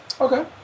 Okay